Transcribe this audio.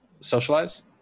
socialize